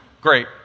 Great